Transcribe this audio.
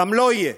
גם לא יהיה.